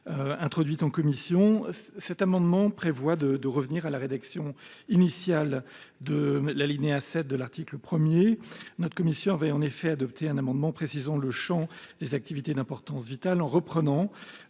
introduite en commission. Le Gouvernement propose de revenir à la rédaction initiale de l’alinéa 7 de l’article 1. Notre commission a en effet adopté un amendement visant à préciser le champ des activités d’importance vitale en reprenant